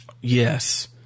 Yes